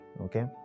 Okay